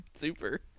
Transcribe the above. Super